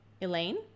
Elaine